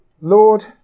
Lord